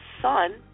son